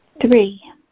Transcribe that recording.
Three